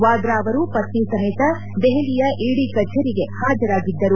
ವಾದ್ರಾ ಅವರು ಪತ್ನಿ ಸಮೇತ ದೆಹಲಿಯ ಇದಿ ಕಚೇರಿಗೆ ಹಾಜರಾಗಿದ್ದರು